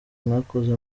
mwakoze